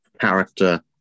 character